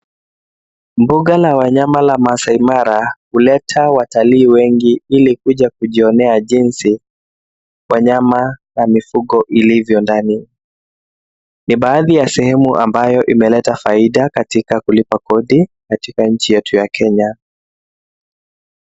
Mbuga la wanyama la Maasai Mara huleta watalii wengi ili kuja kujionea jinsi wanyama na mifugo ilivyo ndani. Ni baadhi ya sehemu ambayo imeleta faida katika kulipa kodi katika nchi yetu ya Kenya.